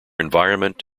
environment